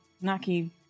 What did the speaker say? Naki